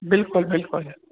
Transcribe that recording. बिल्कुलु बिल्कुलु